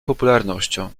popularnością